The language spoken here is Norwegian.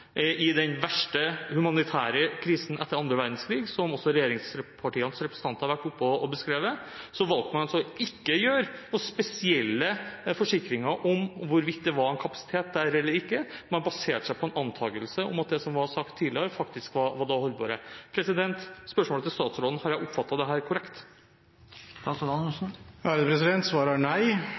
i den verste humanitære krisen etter annen verdenskrig, som også regjeringspartienes representanter har vært oppe her og beskrevet – valgte man ikke å forsikre seg spesielt om hvorvidt det var en kapasitet der eller ikke, man baserte seg på en antakelse om at det som var sagt tidligere, faktisk var holdbart. Spørsmålet til statsråden er: Har jeg oppfattet dette korrekt? Svaret er nei.